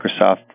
Microsoft